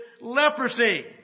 leprosy